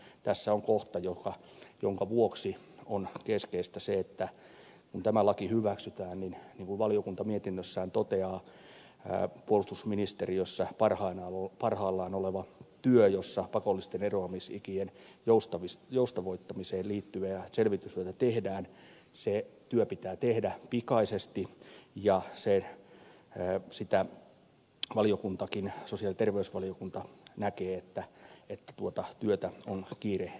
ja tässä on kohta jonka vuoksi on keskeistä se että kun tämä laki hyväksytään niin kuin valiokunta mietinnössään toteaa puolustusministeriössä parhaillaan oleva työ jossa pakollisten eroamisikien joustavoittamiseen liittyviä selvitystyötä tehdään pitää tehdä pikaisesti ja sosiaali ja terveysvaliokunta näkee että tuota työtä on kiirehdittävä